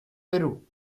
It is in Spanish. perú